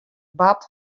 bart